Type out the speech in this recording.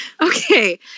Okay